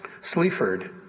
Sleaford